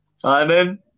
Simon